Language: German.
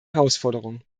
herausforderung